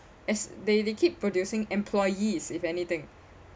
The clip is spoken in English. as they they keep producing employees if anything